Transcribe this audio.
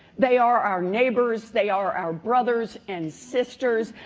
they are our neighbors. they are our brothers and sisters.